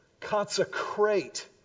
consecrate